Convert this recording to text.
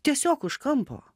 tiesiog už kampo